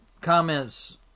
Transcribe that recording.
comments